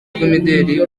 rw’imideli